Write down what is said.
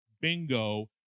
bingo